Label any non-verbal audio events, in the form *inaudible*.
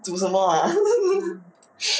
煮什么 ah *laughs*